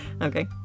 Okay